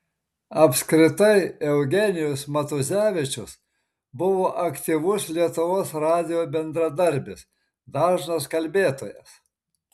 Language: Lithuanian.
apskritai eugenijus matuzevičius buvo aktyvus lietuvos radijo bendradarbis dažnas kalbėtojas